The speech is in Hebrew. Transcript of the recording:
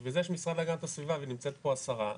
בשביל זה יש משרד להגנת הסביבה ונמצאת פה השרה,